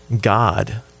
God